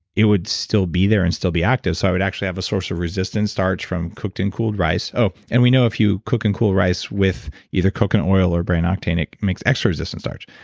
it would still be there and still be active. so i would actually have a source of resistant starch from cooked and cooled rice. and we know if you cook and cool rice with either coconut oil or brain octane, it makes extra resistant starch.